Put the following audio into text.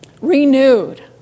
renewed